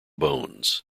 bones